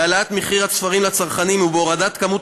בהעלאת מחיר הספרים לצרכנים ובהורדת כמות